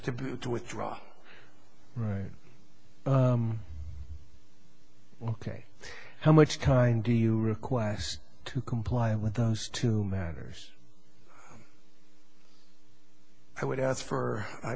to withdraw right ok how much kind do you request to comply with those two matters i would ask for i